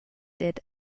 did